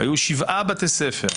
היו שבעה בתי ספר.